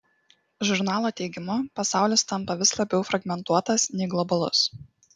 žurnalo teigimu pasaulis tampa vis labiau fragmentuotas nei globalus